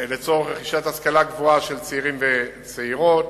לצורך רכישת השכלה גבוהה, צעירים וצעירות,